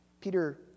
Peter